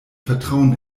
vertrauen